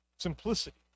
simplicity